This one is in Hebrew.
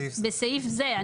"בסעיף זה".